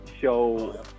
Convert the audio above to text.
show